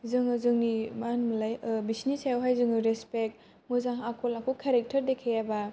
जोङो जोंनि मा होनोमोनलाय बिसिनि सायावहाय जोङो रेसफेकट मोजां आखल आखु केरेक्टार देखायाबा